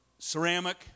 Ceramic